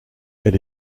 elle